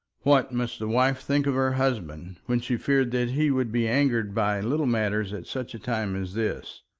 what must the wife think of her husband, when she feared that he would be angered by little matters at such a time as this!